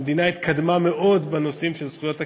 המדינה התקדמה מאוד בנושאים של זכויות הקהילה,